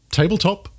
tabletop